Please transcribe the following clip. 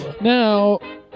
Now